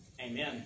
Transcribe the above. amen